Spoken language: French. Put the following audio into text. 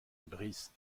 brice